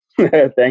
Thank